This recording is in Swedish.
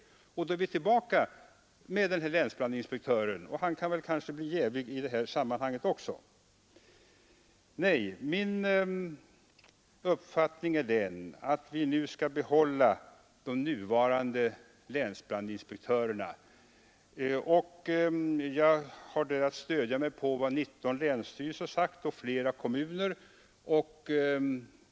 Då är vi tillbaka till den här länsbrandinspektören, och han kanske blir jävig i detta sammanhang också. Min uppfattning är att vi bör behålla de nuvarande länsbrandinspektörerna. Jag har där att stödja mig på vad 19 länsstyrelser och flera kommuner har sagt.